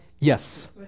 yes